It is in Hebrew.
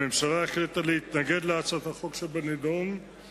הממשלה החליטה להתנגד להצעת החוק שבנדון,